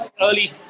early